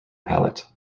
palate